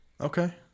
Okay